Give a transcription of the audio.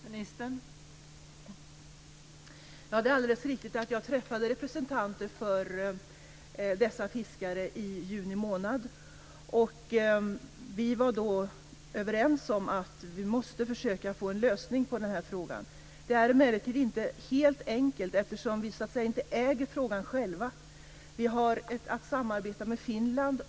Fru talman! Det är alldeles riktigt att jag träffade representanter för dessa fiskare i juni månad. Vi var då överens om att vi måste försöka att få en lösning på frågan. Det är emellertid inte helt enkelt, eftersom vi så att säga inte äger frågan själva. Vi har att samarbeta med Finland.